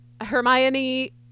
Hermione